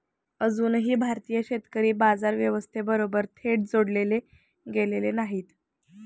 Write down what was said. अजूनही भारतीय शेतकरी बाजार व्यवस्थेबरोबर थेट जोडले गेलेले नाहीत